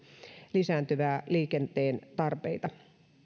lisääntyvän liikenteen tarpeita